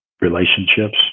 relationships